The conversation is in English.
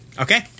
Okay